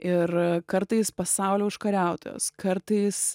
ir kartais pasaulio užkariautojos kartais